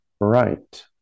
right